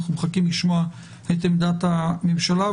אנו מחכים לשמוע את עמדת הממשלה.